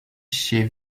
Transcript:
chez